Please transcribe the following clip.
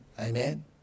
Amen